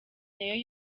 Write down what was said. nayo